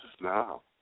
now